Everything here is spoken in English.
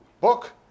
Book